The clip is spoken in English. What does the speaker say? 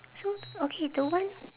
so okay the one